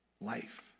life